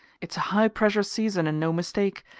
it's a high-pressure season and no mistake,